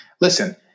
Listen